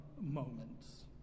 moments